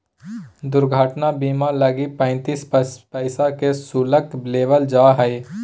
दुर्घटना बीमा लगी पैंतीस पैसा के शुल्क लेबल जा हइ